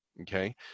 Okay